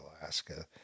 Alaska